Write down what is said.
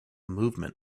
movement